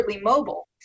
mobile